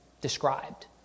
described